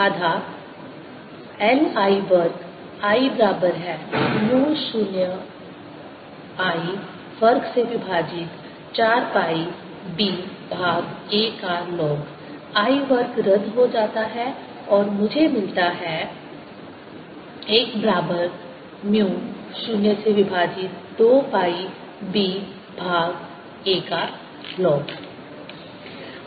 आधा l I वर्ग I बराबर है म्यू 0 I वर्ग से विभाजित 4 पाई b भाग a का लॉग I वर्ग रद्द हो जाता है और मुझे मिलता है l बराबर म्यू 0 से विभाजित 2 पाई b भाग a का लॉग